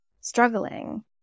struggling